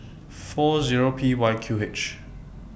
four Zero P Y Q H